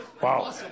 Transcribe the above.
Wow